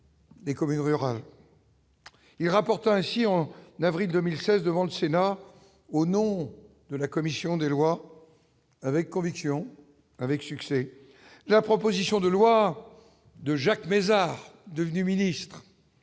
il rapporte ainsi on n'avril 2016 devant le Sénat au nom de la commission des lois, avec conviction, avec succès, la proposition de loi de Jacques Mézard, devenu ministre